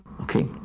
Okay